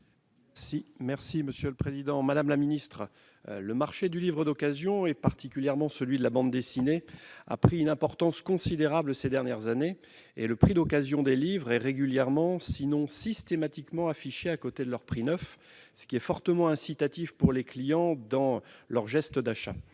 Mme la ministre de la culture. Madame la ministre, le marché du livre d'occasion, particulièrement celui de la bande dessinée, a pris une importance considérable ces dernières années. Le prix d'occasion des livres est régulièrement, sinon systématiquement, affiché à côté de leur prix neuf, ce qui est fortement incitatif pour les clients. Ce nouveau marché